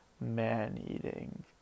man-eating